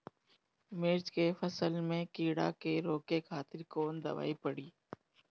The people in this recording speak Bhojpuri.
मिर्च के फसल में कीड़ा के रोके खातिर कौन दवाई पड़ी?